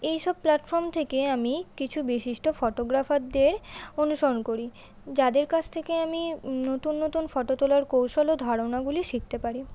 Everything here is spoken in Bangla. এইসব প্লাটফর্ম থেকে আমি কিছু বিশিষ্ট ফটোগ্রাফারদের অনুসরণ করি যাদের কাছ থেকে আমি নতুন নতুন ফটো তোলার কৌশল ও ধারণাগুলি শিখতে পারি